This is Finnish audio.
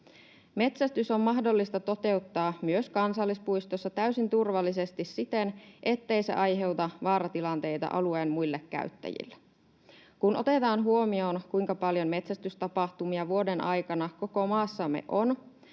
Metsästys on mahdollista toteuttaa myös kansallispuistossa täysin turvallisesti siten, ettei se aiheuta vaaratilanteita alueen muille käyttäjille. Kun otetaan huomioon, kuinka paljon metsästystapahtumia vuoden aikana koko maassamme on,